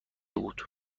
بود